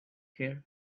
here